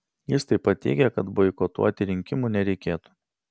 jis taip pat teigė kad boikotuoti rinkimų nereikėtų